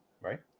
right